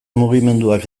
mugimenduak